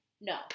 No